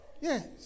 Yes